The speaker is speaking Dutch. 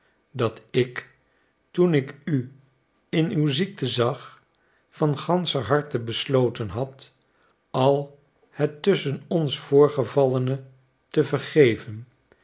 dat ik toen ik u in uw ziekte zag van ganscher harte besloten had al het tusschen ons voorgevallene te vergeven